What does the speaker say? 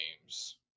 games